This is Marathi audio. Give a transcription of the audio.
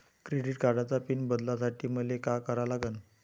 क्रेडिट कार्डाचा पिन बदलासाठी मले का करा लागन?